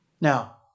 Now